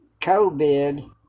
COVID